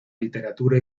literatura